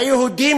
ליהודים,